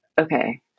okay